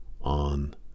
on